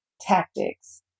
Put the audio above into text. tactics